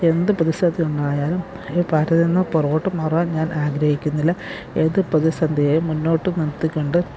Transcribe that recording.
എന്ത് പ്രതിസന്ധി ഉണ്ടായാലും ഈ പാട്ടിൽനിന്ന് പുറകോട്ട് മാറാൻ ഞാൻ ആഗ്രഹുക്കുന്നില്ല ഏത് പ്രതിസന്ധിയെയും മുന്നോട്ട് നിർത്തിക്കൊണ്ട്